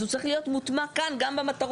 אז הוא צריך להיות מוטמע כאן גם במטרות.